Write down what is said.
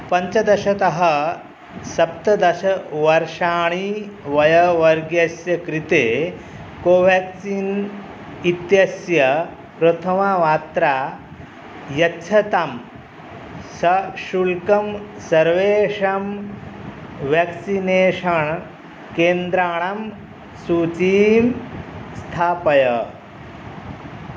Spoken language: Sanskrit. पञ्चदशतः सप्तदशवर्षाणि वयोवर्गस्य कृते कोवेक्सिन् इत्यस्य प्रथमा मात्रा यच्छतां सशुल्कं सर्वेषां वेक्सिनेशन् केन्द्राणां सूचीं स्थापय